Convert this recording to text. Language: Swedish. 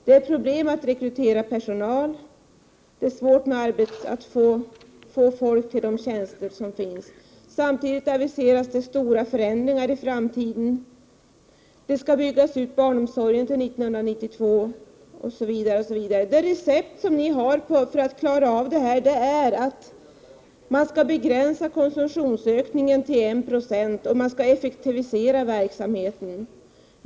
Det är problem att rekrytera personal, det är svårt att få folk till de tjänster som finns. Samtidigt aviseras stora förändringar i framtiden, barnomsorgen skall byggas ut till 1992 osv., osv. De recept som ni har för att klara av det här är att man skall begränsa konsumtionsökningen till 1 26 och effektivisera verksamheten.